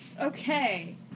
Okay